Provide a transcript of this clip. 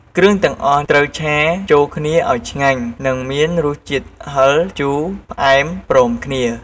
គ្រឿងទាំងអស់ត្រូវឆាចូលគ្នាឱ្យឆ្ងាញ់ និងមានរសជាតិហឹរ ជូរ ផ្អែមព្រមគ្នា។